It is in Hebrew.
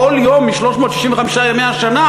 כל יום מ-365 ימי השנה,